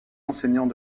enseignants